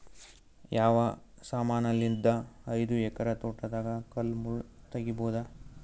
ಯಾವ ಸಮಾನಲಿದ್ದ ಐದು ಎಕರ ತೋಟದಾಗ ಕಲ್ ಮುಳ್ ತಗಿಬೊದ?